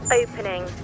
opening